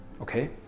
okay